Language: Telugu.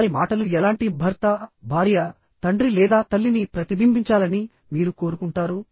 వారి మాటలు ఎలాంటి భర్త భార్య తండ్రి లేదా తల్లిని ప్రతిబింబించాలని మీరు కోరుకుంటారు